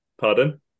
Pardon